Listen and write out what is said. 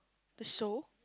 the show